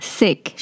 sick